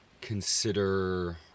consider